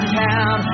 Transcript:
town